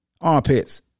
Armpits